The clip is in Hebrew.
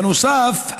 בנוסף,